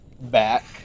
back